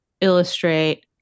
illustrate